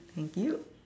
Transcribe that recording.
thank you